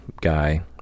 guy